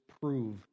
prove